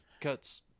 Cuts